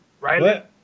right